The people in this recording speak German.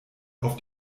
auf